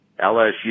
LSU